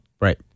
Right